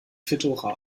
fedora